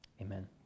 amen